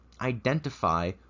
identify